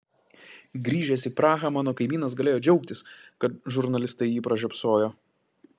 grįžęs į prahą mano kaimynas galėjo džiaugtis kad žurnalistai jį pražiopsojo